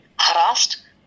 harassed